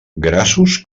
grassos